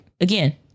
again